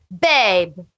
babe